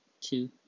two